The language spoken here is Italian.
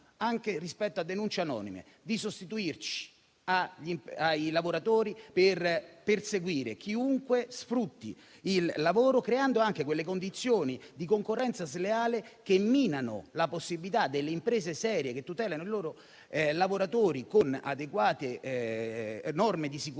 anche rispetto a denunce anonime, di sostituirci ai lavoratori per perseguire chiunque sfrutti il lavoro, creando anche quelle condizioni di concorrenza sleale che minano la competitività delle imprese serie, che tutelano i loro lavoratori con adeguate norme di sicurezza,